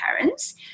parents